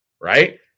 right